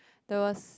the